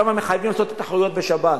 למה מחייבים לעשות את התחרויות בשבת.